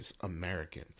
American